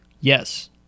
Yes